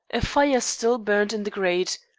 a fire still burned in the grate.